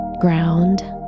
ground